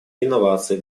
инновации